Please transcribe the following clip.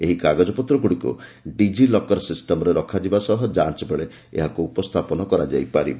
ଏହି କାଗଜପତ୍ରଗୁଡ଼ିକୁ DigiLocker ସିଷ୍ଟମରେ ରଖାଯିବା ସହ ଯାଞ୍ଚ ବେଳେ ଏହାକୁ ଉପସ୍ଥାପନ କରାଯାଇପାରିବ